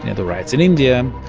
and the riots in india.